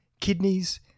kidneys